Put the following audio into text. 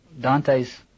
Dante's